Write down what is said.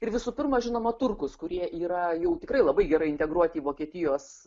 ir visų pirma žinoma turkus kurie yra jau tikrai labai gerai integruoti į vokietijos